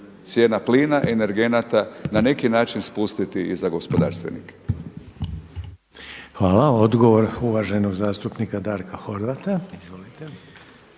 cijena plina, energenata na neki način spustiti i za gospodarstvenike. **Reiner, Željko (HDZ)** Hvala lijepa. Odgovor uvaženog zastupnika Darka Horvata.